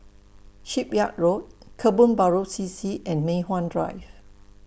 Shipyard Road Kebun Baru C C and Mei Hwan Drive